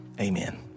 Amen